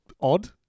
odd